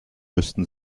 müssten